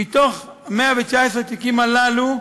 מ-119 התיקים הללו,